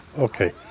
Okay